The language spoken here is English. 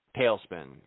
tailspin